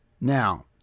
Now